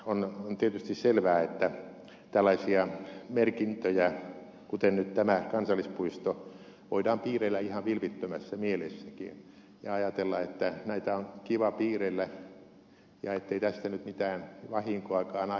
on tietysti selvää että tällaisia merkintöjä kuten nyt tämä kansallispuisto voidaan piirrellä ihan vilpittömässä mielessäkin ja ajatella että näitä on kiva piirrellä ja ettei tästä nyt mitään vahinkoakaan aiheutuisi